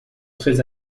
très